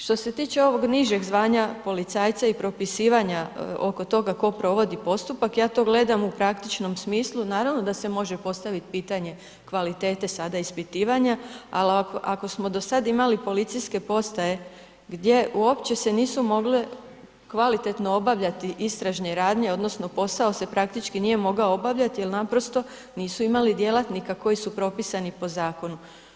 Što se tiče ovog nižeg zvanja policajca i propisivanja oko toga tko provodi postupak, ja to gledam u praktičnom smislu, naravno da se može postaviti pitanje kvalitete sada ispitivanja, ali ako smo do sada imali policijske postaje gdje uopće se nisu mogle kvalitetno obavljati istražne radnje odnosno posao se praktički nije mogao obavljati jer naprosto nisu imali djelatnika koji su propisani po zakonu.